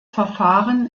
verfahren